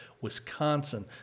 Wisconsin